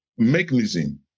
Mechanism